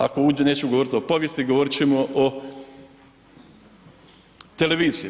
Ako uđem, neću govoriti o povijesti, govorit ćemo o televizija.